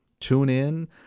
TuneIn